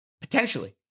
potentially